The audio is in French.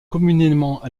communément